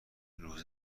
الروز